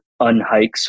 unhikes